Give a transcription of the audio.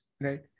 Right